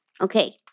Okay